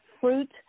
fruit